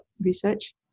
research